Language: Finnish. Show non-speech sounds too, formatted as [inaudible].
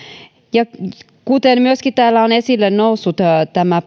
ja kun täällä on esille noussut myöskin tämä [unintelligible]